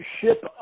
ship